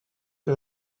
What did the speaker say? que